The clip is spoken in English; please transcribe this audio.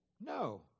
No